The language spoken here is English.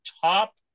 top